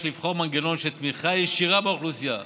יש לבחור מנגנון של תמיכה ישירה באוכלוסייה.